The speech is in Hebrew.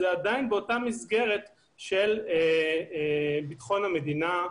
זה עדיין באותה מסגרת של ביטחון המדינה.